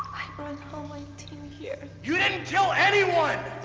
brought all my team here. you didn't kill anyone!